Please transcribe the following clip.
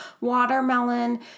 watermelon